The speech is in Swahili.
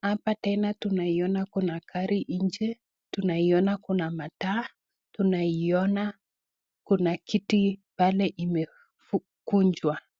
Hapa tena tunaiyona kuna gari nje, tunaona kuna mataa, tunaona kuna kiti pale imekunjwa.